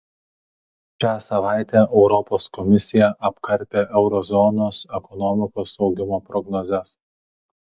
šią savaitę europos komisija apkarpė euro zonos ekonomikos augimo prognozes